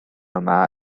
yma